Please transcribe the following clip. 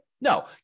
No